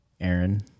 Aaron